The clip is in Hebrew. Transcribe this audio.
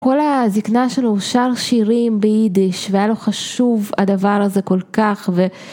כל הזקנה שלו הוא שר שירים ביידיש והיה לו חשוב הדבר הזה כל כך